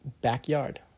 backyard